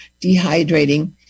dehydrating